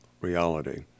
reality